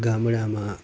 ગામડામાં